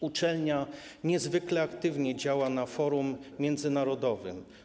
Uczelnia niezwykle aktywnie działa na forum międzynarodowym.